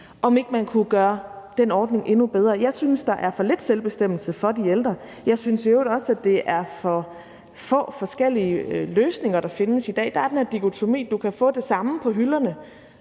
om ikke man kunne gøre den ordning endnu bedre. Jeg synes, at der er for lidt selvbestemmelse for de ældre. Jeg synes i øvrigt også, at det er for få forskellige løsninger, der findes i dag. Der er den her dikotomi, hvor du kan få det samme på hylderne